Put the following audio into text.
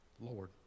Lord